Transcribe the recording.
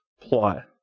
plot